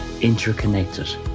interconnected